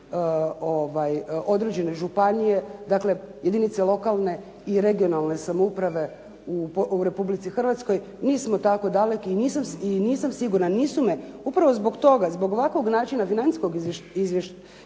određene županije, dakle jedinice lokalne i regionalne samouprave u Republici Hrvatskoj. Nismo tako daleki i nisam sigurna. Upravo zbog toga zbog ovakvog načina financijskog izvješćivanja